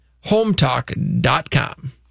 HomeTalk.com